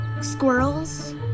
squirrels